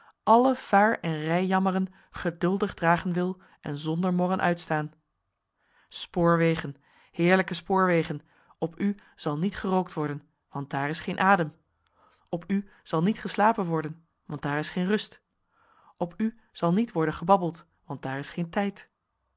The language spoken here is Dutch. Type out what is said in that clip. alle vaar en rij jammeren geduldig dragen wil en zonder morren uitstaan spoorwegen heerlijke spoorwegen op u zal niet gerookt worden want daar is geen adem op u zal niet geslapen worden want daar is geen rust op u zal niet worden gebabbeld want daar is geen tijd